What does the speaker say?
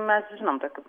mes žinom tokių